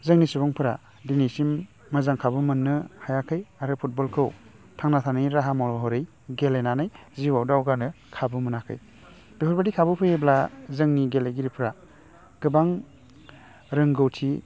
जोंनि सुबुंफोरा दिनैसिम मोजां खाबु मोन्नो हायाखै आरो फुटबलखौ थांना थानायनि राहा महरै गेलेनानै जिउआव दावगानो खाबु मोनाखै बेफोरबादि खाबु फैयोबा जोंनि गेलेगिरिफोरा गोबां रोंगौथि